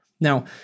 Now